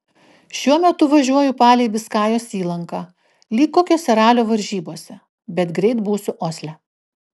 šiuo metu važiuoju palei biskajos įlanką lyg kokiose ralio varžybose bet greit būsiu osle